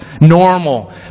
normal